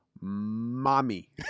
mommy